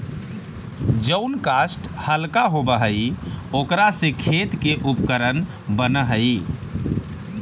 जउन काष्ठ हल्का होव हई, ओकरा से खेल के उपकरण बनऽ हई